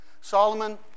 Solomon